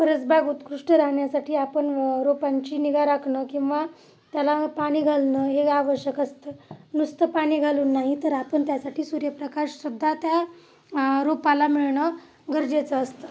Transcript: परसबाग उत्कृष्ट राहण्यासाठी आपण रोपांची निगा राखणं किंवा त्याला पाणी घालणं हे आवश्यक असतं नुसतं पाणी घालून नाही तर आपण त्यासाठी सूर्यप्रकाशसुद्धा त्या रोपाला मिळणं गरजेचं असतं